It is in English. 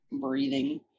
breathing